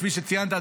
כפי שציינת,